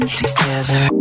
together